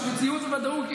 מציאות וודאות,